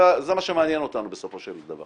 זה מה שמעניין אותנו בסופו של דבר.